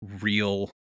real